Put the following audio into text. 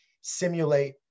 simulate